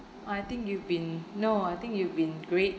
I think you've been no I think you've been great